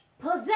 possess